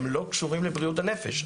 הם לא קשורים לבריאות הנפש,